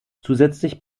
zusätzlich